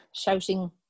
shouting